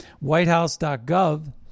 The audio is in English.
Whitehouse.gov